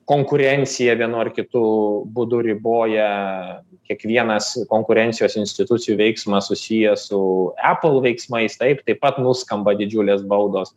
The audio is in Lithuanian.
konkurenciją vienu ar kitu būdu riboja kiekvienas konkurencijos institucijų veiksmas susijęs su apple veiksmais taip taip pat nuskamba didžiulės baudos